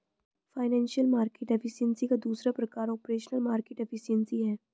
financial market efficiency का दूसरा प्रकार ऑपरेशनल मार्केट एफिशिएंसी है